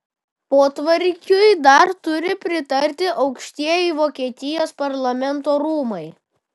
potvarkiui dar turi pritarti aukštieji vokietijos parlamento rūmai